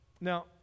Now